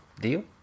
Deal